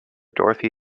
dorothy